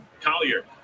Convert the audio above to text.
collier